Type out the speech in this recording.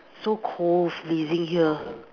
so cold freezing here